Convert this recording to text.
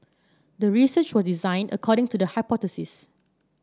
the research was designed according to the hypothesis